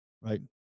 right